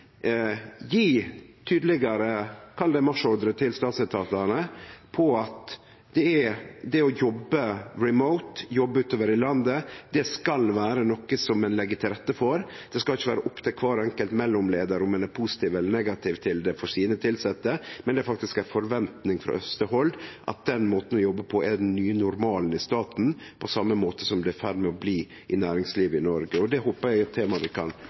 tydelegare – kall det – marsjordre til statsetatane om at det å jobbe «remote», det å jobbe utover i landet, skal vere noko ein legg til rette for. Det skal ikkje vere opp til kvar enkelt mellomleiar om ein er positiv eller negativ til det for sine tilsette, det er faktisk ei forventing frå øvste hald om at den måten vi jobbar på, er den nye normalen i staten, på same måte som det er i ferd med å bli det i næringslivet i Noreg. Det håpar eg er eit tema vi kan